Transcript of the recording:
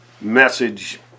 message